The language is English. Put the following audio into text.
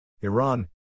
Iran